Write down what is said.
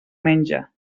menja